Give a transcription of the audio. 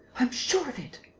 i am sure of it.